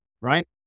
right